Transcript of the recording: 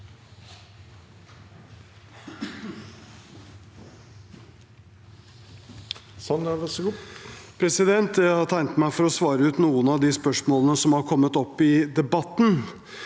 Jeg har tegnet meg for å svare ut noen av de spørsmålene som har kommet opp i debatten.